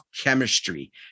chemistry